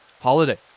holiday